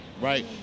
Right